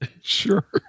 sure